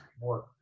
more